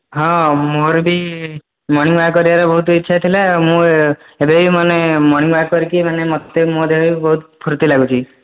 ହଁ ମୋର ବି ମର୍ଣ୍ଣିଂ ୱାକ୍ କରିବାରେ ବହୁତ ଇଚ୍ଛା ଥିଲା ମୁଁ ଏବେ ବି ମାନେ ମର୍ଣ୍ଣିଂ ୱାକ୍ କରିକି ମାନେ ମୋତେ ମୋ ଦେହ ବି ବହୁତ ଫୂର୍ତ୍ତି ଲାଗୁଛି